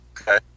Okay